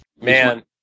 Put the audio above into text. Man